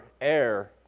air